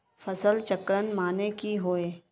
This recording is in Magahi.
फसल चक्रण माने की होय?